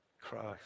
Christ